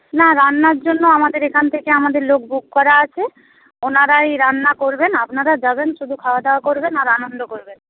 না রান্নার জন্য আমাদের এখান থেকে আমাদের লোক বুক করা আছে ওনারাই রান্না করবেন আপনারা যাবেন শুধু খাওয়া দাওয়া করবেন আর আনন্দ করবেন